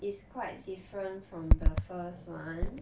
it's quite different from the first one